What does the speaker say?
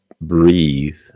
breathe